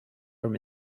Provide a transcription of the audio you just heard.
from